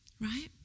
right